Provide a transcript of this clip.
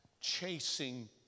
chasing